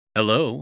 Hello